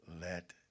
let